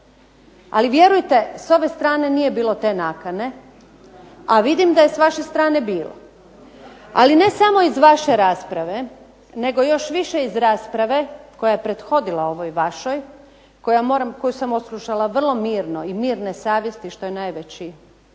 Ali vjerujte s ove strane nije bilo te nakane, a vidim da je sa vaše strane bilo. Ali ne samo iz vaše rasprave, nego još više iz rasprave koja je prethodila ovoj vašoj, koju sam odslušala vrlo mirno i mirne savjesti što je najveće